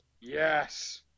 Yes